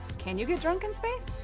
can you get drunk in space?